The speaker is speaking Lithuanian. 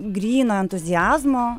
gryno entuziazmo